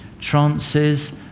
Trances